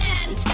end